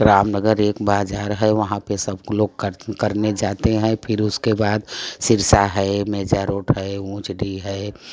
रामनगर एक बाजार है वहाँ पे सब लोग करने जाते हैं फिर उसके बाद सिरसा है मेजा रोड है ऊंचडीह है